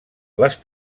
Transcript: les